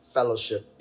Fellowship